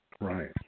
Right